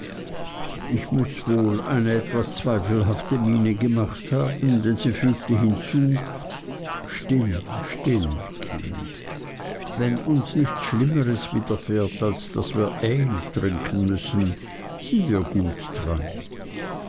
ich muß wohl eine etwas zweifelhafte miene gemacht haben denn sie fügte hinzu still still kind wenn uns nichts schlimmeres widerfährt als daß wir ale trinken müssen sind wir gut dran